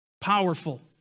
Powerful